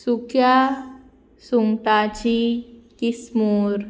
सुक्या सुंगटाची किसमूर